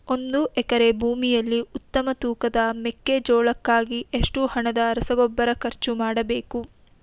ಒಂದು ಎಕರೆ ಭೂಮಿಯಲ್ಲಿ ಉತ್ತಮ ತೂಕದ ಮೆಕ್ಕೆಜೋಳಕ್ಕಾಗಿ ಎಷ್ಟು ಹಣದ ರಸಗೊಬ್ಬರ ಖರ್ಚು ಮಾಡಬೇಕು?